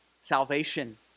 salvation